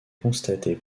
constatée